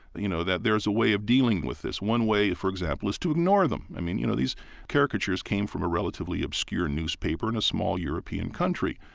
you know, that there's a way of dealing with this. one way, for example, is to ignore them. i mean, you know these caricatures came from a relatively obscure newspaper in a small european country.